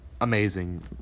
amazing